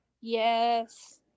Yes